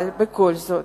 אבל בכל זאת,